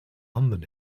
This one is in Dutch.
handen